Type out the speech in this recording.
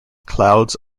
clouds